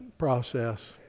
process